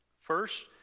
First